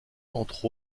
entre